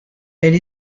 elle